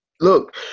look